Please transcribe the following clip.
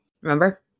remember